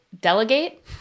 delegate